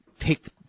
Take